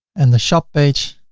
and the shop page